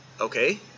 okay